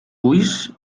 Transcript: ulls